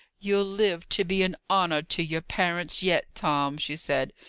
you'll live to be an honour to your parents yet, tom, she said,